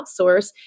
outsource